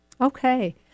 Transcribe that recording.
Okay